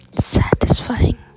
Satisfying